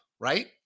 Right